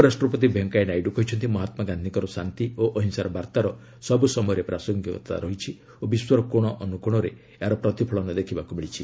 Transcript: ଉପରାଷ୍ଟ୍ରପତି ଭେଙ୍କେୟା ନାଇଡୁ କହିଛନ୍ତି ମହାତ୍ମା ଗାନ୍ଧୀଙ୍କର ଶାନ୍ତି ଓ ଅହିଂସାର ବାର୍ତ୍ତାର ସବୁ ସମୟରେ ପ୍ରାସଙ୍ଗିକତା ରହିଛି ଓ ବିଶ୍ୱର କୋଣଅନୁକୋଣରେ ଏହାର ପ୍ରତିଫଳନ ଦେଖିବାକୁ ମିଳିଛି